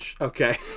Okay